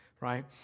right